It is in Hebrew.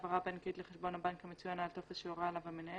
באמצעות העברה בנקאית לחשבן הבנק המצוין על הטופס שהורה עליו המנהל.